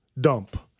dump